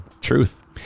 truth